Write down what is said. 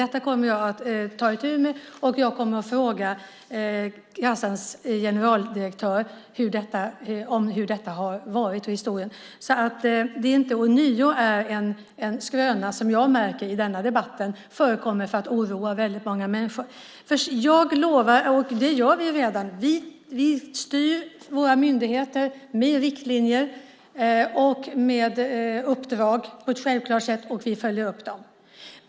Detta kommer jag att ta itu med, och jag kommer att fråga Försäkringskassans generaldirektör hur denna historia har gått till, så att det inte ånyo är en skröna som, märker jag, förekommer för att oroa väldigt många människor i denna debatt. Jag lovar att styra våra myndigheter med riktlinjer och med uppdrag på ett självklart sätt, och vi följer upp dem.